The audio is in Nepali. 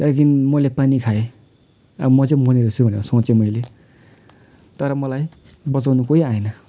त्यहाँदेखि मैले पानी खाएँ अब म चाहिँ मर्ने रहेछु भनेर सोचेँ मैले तर मलाई बचाउनु कोही आएन